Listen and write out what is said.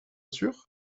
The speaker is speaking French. sûr